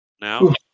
now